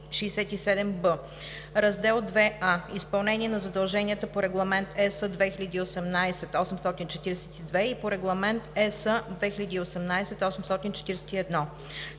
„Раздел ІІа Изпълнение на задълженията по Регламент (ЕС) № 2018/842 и по Регламент (ЕС) № 2018/841